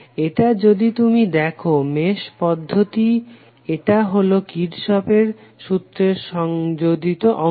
এটা যদি তুমি দেখো মেশ পদ্ধতি এটা হলো কির্শফের সুত্রের সংযোগিত অংশ